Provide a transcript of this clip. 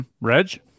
reg